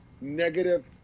negative